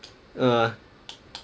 no lah